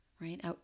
right